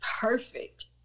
perfect